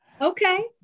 okay